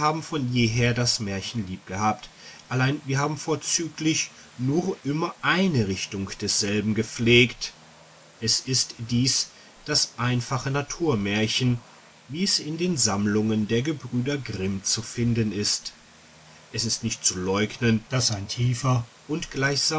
von jeher das märchen liebgehabt allein wir haben vorzüglich nur immer eine richtung desselben gepflegt es ist dies das einfache naturmärchen wie es in den sammlungen der gebrüder grimm zu finden ist es ist nicht zu leugnen daß ein tiefer und gleichsam